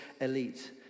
elite